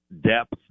depth